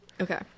Okay